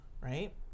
Right